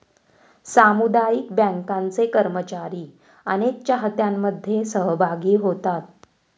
सामुदायिक बँकांचे कर्मचारी अनेक चाहत्यांमध्ये सहभागी होतात